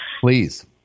Please